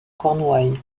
cornouaille